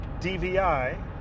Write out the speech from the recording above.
DVI